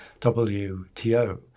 WTO